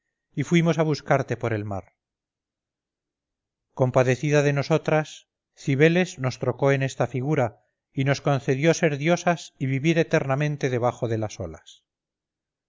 y fuimos a buscarte por el mar compadecida de nosotras cibeles nos trocó en esta figura y nos concedió ser diosas y vivir eternamente debajo de las olas